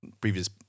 previous